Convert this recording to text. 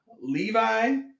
Levi